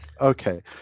Okay